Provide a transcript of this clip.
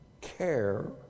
care